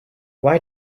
why